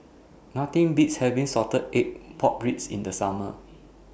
Nothing Beats having Salted Egg Pork Ribs in The Summer